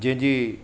जंहिंजी